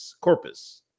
Corpus